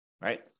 right